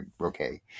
Okay